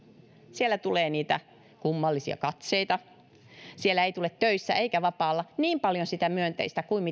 siellä tulee niitä kummallisia katseita töissä ja vapaalla ei tule niin paljon sitä myönteistä kuin